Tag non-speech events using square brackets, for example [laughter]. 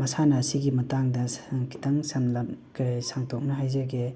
ꯃꯁꯥꯟꯅꯁꯤꯒꯤ ꯃꯇꯥꯡꯗ [unintelligible] ꯈꯤꯛꯇꯪ ꯁꯝꯂꯛꯀꯦ ꯁꯟꯗꯣꯛꯅ ꯍꯥꯏꯖꯒꯦ